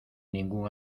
ningún